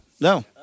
no